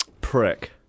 prick